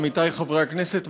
עמיתי חברי הכנסת,